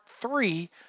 three